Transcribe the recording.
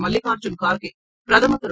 மல்லிகார்ஜுன கார்கே பிரதமர் திரு